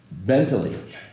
mentally